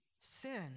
Sin